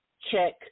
check